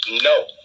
No